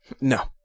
No